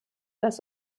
dass